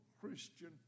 Christian